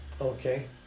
Okay